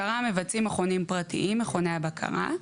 כאשר את הבקרה מבצעים מכונים פרטיים, מכוני הבקרה,